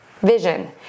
Vision